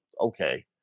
Okay